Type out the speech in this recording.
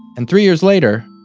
and three years later,